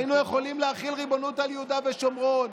היינו יכולים להחיל ריבונות על יהודה ושומרון.